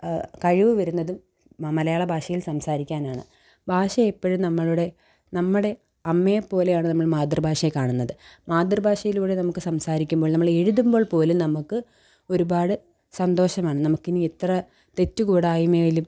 കഴിവ് വരുന്നതും മലയാള ഭാഷയിൽ സംസാരിക്കാനാണ് ഭാഷ എപ്പഴും നമ്മളുടെ നമ്മുടെ അമ്മയെപ്പോലെയാണ് നമ്മൾ മാതൃഭാഷയെ കാണുന്നത് മാതൃഭാഷയിലൂടെ നമുക്ക് സംസാരിക്കുമ്പോൾ നമ്മൾ എഴുതുമ്പോൾപ്പോലും നമുക്ക് ഒരുപാട് സന്തോഷമാണ് നമുക്ക് ഇനി എത്ര തെറ്റ് കൂടായ്മയിലും